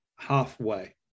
Halfway